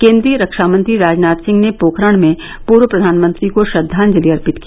केन्द्रीय रक्षामंत्री राजनाथ सिंह ने पोखरण में पूर्व प्रधानमंत्री को श्रद्वांजलि अर्पित किया